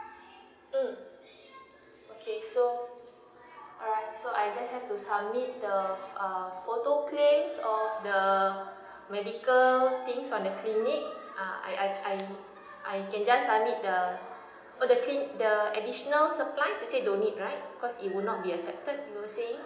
mm okay so alright so I just have to submit the uh photo claims of the medical things on the clinic uh I I I can just submit the oh the cli~ the additional supplies they say don't need right because it would not be affected you were saying